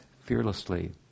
fearlessly